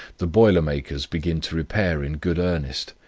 the boiler makers begin to repair in good earnest.